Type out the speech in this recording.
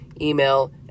Email